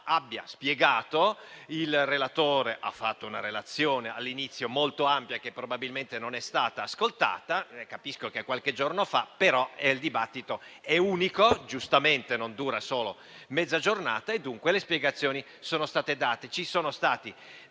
abbia spiegato e il relatore abbia svolto una relazione all'inizio molto ampia, che probabilmente non è stata ascoltata. Capisco che è stato qualche giorno fa, ma il dibattito è unico, non dura solo mezza giornata e dunque le spiegazioni sono state date. Ci sono stati